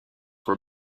were